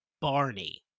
Barney